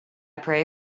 pray